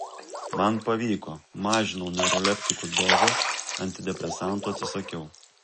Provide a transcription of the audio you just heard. man pavyko mažinau neuroleptikų dozes antidepresantų atsisakiau